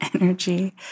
energy